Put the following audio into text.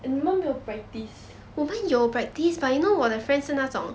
and 你们没有 practise